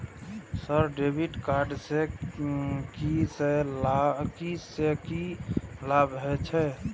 Sir debit card से की से की लाभ हे छे?